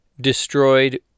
destroyed